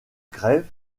grève